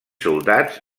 soldats